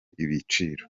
ibiciro